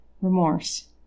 remorse